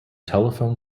telephone